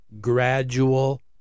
gradual